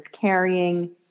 carrying